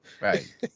Right